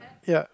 yep